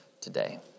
today